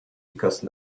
because